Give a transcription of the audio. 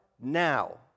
now